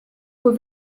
für